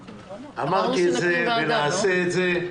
אמרתי את זה ונעשה את זה.